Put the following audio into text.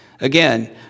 Again